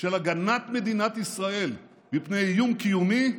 של הגנת מדינת ישראל מפני איום קיומי.